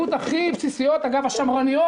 יש ממשלה, יש גורמי מקצוע.